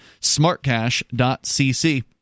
Smartcash.cc